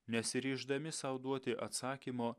nesiryždami sau duoti atsakymo